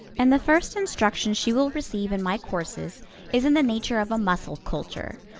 and the first instruction she will receive in my courses is in the nature of a muscle culture,